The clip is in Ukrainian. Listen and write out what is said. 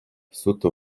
суто